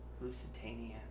Lusitania